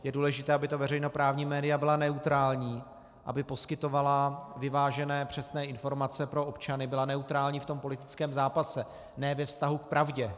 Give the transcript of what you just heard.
Je důležité, aby ta veřejnoprávní média byla neutrální, aby poskytovala vyvážené přesné informace pro občany, byla neutrální v politickém zápase, ne ve vztahu k pravdě.